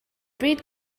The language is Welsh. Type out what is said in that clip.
bryd